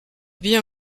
bien